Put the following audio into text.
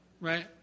right